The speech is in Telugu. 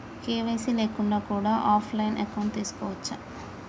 కే.వై.సీ లేకుండా కూడా ఆఫ్ లైన్ అకౌంట్ తీసుకోవచ్చా?